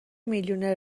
میلیونر